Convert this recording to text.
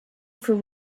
for